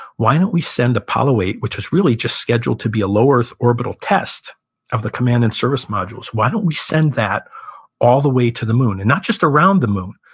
why don't we send apollo eight, which was really just scheduled to be a low earth orbital test of the command and service modules, why don't we send that all the way to the moon? and not just around the moon,